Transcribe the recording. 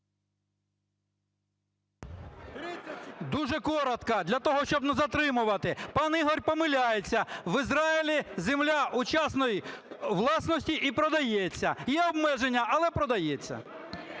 Дуже коротко, для того, щоби не затримувати. Пан Ігор помиляється: в Ізраїлі земля у часній власності і продається. Є обмеження, але продається.